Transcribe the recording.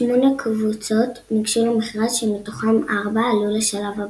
שמונה קבוצות ניגשו למכרז שמתוכם ארבע עלו לשלב הבא.